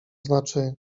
znaczy